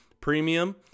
Premium